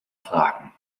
fragen